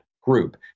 group